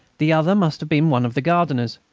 the other must have been one of the gardeners.